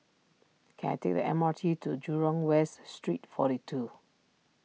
can I take the M R T to Jurong West Street forty two